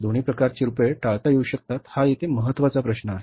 दोन्ही प्रकारचे रूपे टाळता येऊ शकतात हा येथे महत्त्वाचा प्रश्न आहे